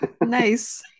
Nice